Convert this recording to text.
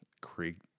Creek